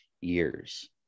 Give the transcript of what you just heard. years